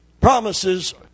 Promises